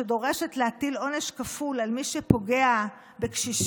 שדורשת להטיל עונש כפול על מי שפוגע בקשישים,